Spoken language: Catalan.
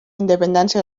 independència